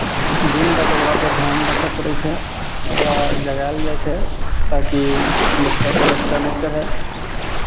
दिन राति ओकरापर धियान राखय पड़ै छै ओकरा जगायल जाइ छै ताकि बच्चापर बच्चा नहि चढ़य